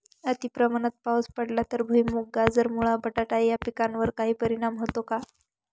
अतिप्रमाणात पाऊस पडला तर भुईमूग, गाजर, मुळा, बटाटा या पिकांवर काही परिणाम होतो का?